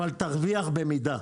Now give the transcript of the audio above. אבל תרוויח במידה.